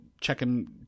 checking